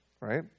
Right